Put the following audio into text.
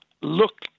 look